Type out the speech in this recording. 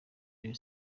rayon